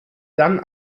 dann